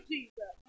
Jesus